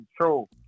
control